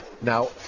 Now